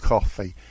Coffee